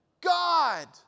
God